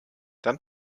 dann